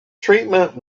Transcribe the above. treatment